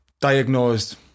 diagnosed